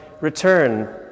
return